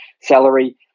salary